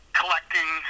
collecting